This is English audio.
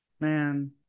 man